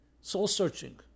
soul-searching